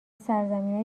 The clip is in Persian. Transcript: سرزمینای